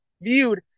viewed